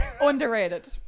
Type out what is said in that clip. Underrated